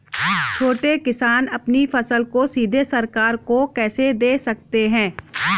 छोटे किसान अपनी फसल को सीधे सरकार को कैसे दे सकते हैं?